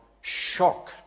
shock